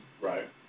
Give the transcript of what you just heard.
Right